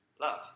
Love